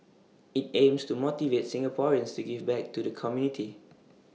IT aims to motivate Singaporeans to give back to the community